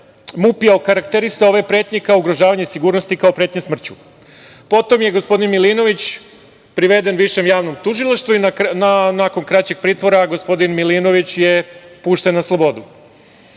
MUP je okarakterisao ove pretnje kao ugrožavanje sigurnosti, kao pretnje smrću. Potom je gospodin Milinović priveden Višem javnom tužilaštvu i nakon kraćeg pritvora gospodin Milinović je pušten na slobodu. Svi